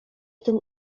ten